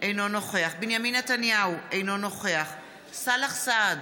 אינו נוכח בנימין נתניהו, אינו נוכח סאלח סעד,